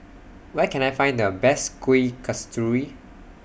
Where Can I Find The Best Kuih Kasturi